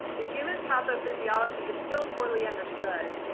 the human pathophysiology is still poorly understood.